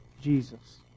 Jesus